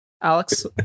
Alex